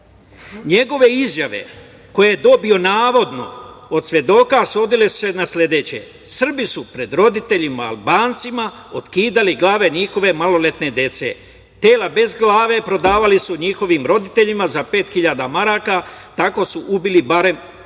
Njegove izjave koje je dobio navodno od svedoka svodile su se na sledeće, Srbi su pred roditeljima Albancima otkidali glave njihove maloletne dece, tela bez glave prodavali su njihovim roditeljima za 5.000 maraka tako su ubili barem